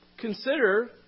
consider